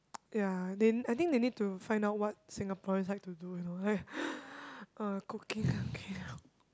ya then I think they need to find out what Singaporeans like to do you know like uh cooking okay